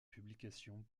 publications